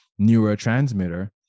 neurotransmitter